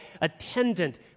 attendant